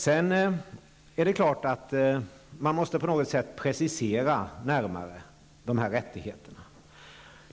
Sedan är det klart att man på något sätt måste precisera de här rättigheterna.